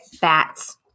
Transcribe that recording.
bats